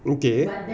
okay